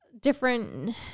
different